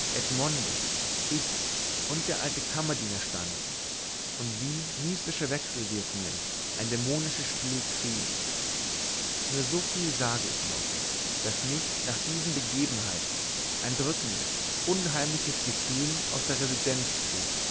ich und der alte kammerdiener standen und wie mystische wechselwirkungen ein dämonisches spiel trieben nur so viel sage ich noch daß mich nach diesen begebenheiten ein drückendes unheimliches gefühl aus der residenz trieb